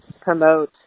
promote